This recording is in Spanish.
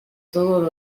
todos